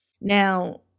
Now